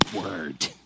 word